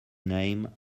name